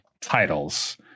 titles